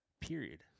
period